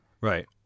Right